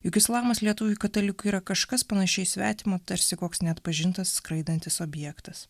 juk islamas lietuviui katalikui yra kažkas panašiai svetimo tarsi koks neatpažintas skraidantis objektas